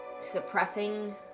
suppressing